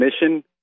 mission